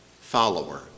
follower